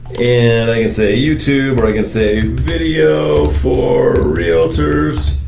and i can say, youtube or i can say video for realtors,